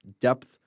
depth